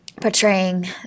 portraying